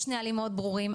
יש נהלים מאוד ברורים.